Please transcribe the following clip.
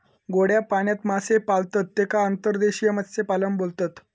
गोड्या पाण्यात मासे पाळतत तेका अंतर्देशीय मत्स्यपालन बोलतत